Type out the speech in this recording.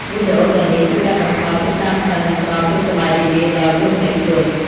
វីដេអូទាំងនេះជួយកាត់បន្ថយភាពតានតឹង និងផ្តល់ភាពសប្បាយរីករាយដល់ទស្សនិកជន។